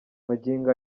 magingo